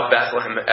Bethlehem